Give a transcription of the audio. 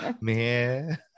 Man